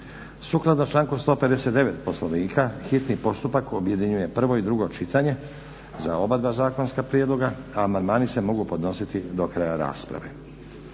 Sukladno članku 159. Poslovnika hitni postupak objedinjuje prvo i drugo čitanje za obadva zakonska prijedloga, a amandmani se mogu podnositi do kraja rasprave.